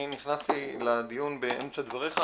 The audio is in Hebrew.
אני נכנסתי לדיון באמצע דבריך.